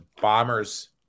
Bombers